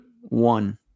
One